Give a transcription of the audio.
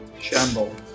Shamble